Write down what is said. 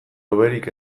hoberik